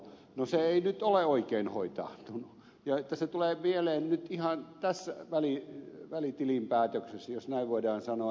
no se ei nyt ole oikein hoitaantunut ja se tulee mieleen nyt ihan tässä välitilinpäätöksessä jos näin voidaan sanoa